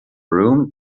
room